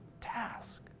task